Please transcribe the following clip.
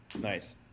Nice